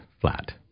flat